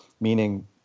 meaning